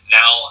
now